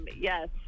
Yes